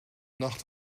nacht